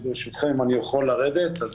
ברשותכם, אני יכול לרדת?